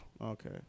okay